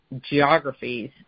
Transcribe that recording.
geographies